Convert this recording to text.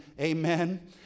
amen